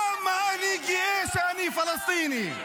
כמה אני גאה שאני פלסטיני.